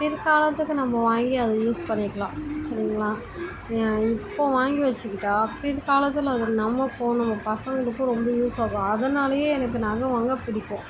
பிற்காலத்துக்கு நம்ம வாங்கி அதை யூஸ் பண்ணிக்கலாம் சரிங்களா இப்போ வாங்கி வச்சுக்கிட்டா பிற்காலத்தில் அது நமக்கோ நம்ம பசங்களுக்கோ ரொம்ப யூஸ்ஸாகும் அதனாலேயே எனக்கு நகை வாங்க பிடிக்கும்